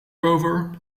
rover